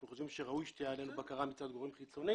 אנחנו חושבים שראוי שתהיה עלינו בקרה מצד גורם חיצוני.